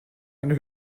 eine